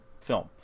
film